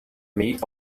meat